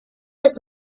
las